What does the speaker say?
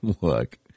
Look